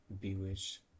bewitch